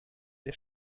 der